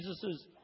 Jesus